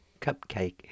cupcake